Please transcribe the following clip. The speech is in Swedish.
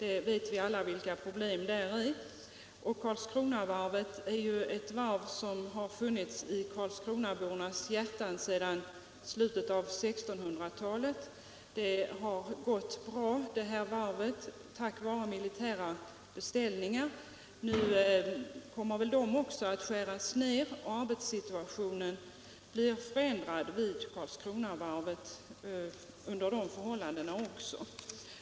Vi vet alla vilka problem som förekommer där. Karlskronavarvet är ett varv som funnits i Karlskronabornas hjärtan sedan slutet av 1600-talet. Varvet har gått bra tack vare militära beställningar. Nu kommer väl de också att skäras ned, och arbetssituationen blir under de förhållandena förändrad vid Karlskronavarvet.